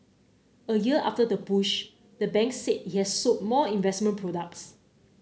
a year after the push the bank said it has sold more investment products